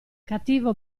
cattivo